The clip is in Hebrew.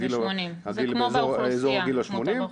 גיל 80, זה כמו התמותה באוכלוסייה.